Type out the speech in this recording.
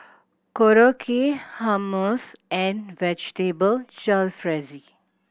Korokke Hummus and Vegetable Jalfrezi